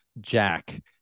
Jack